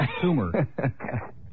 tumor